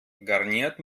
garniert